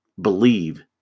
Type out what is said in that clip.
Believe